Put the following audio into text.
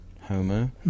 homo